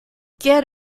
get